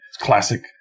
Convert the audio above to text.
classic